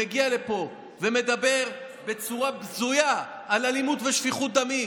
שמגיע לפה ומדבר בצורה בזויה על אלימות ושפיכות דמים.